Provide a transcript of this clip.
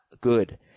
good